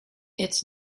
its